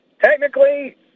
technically